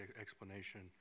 explanation